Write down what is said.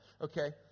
Okay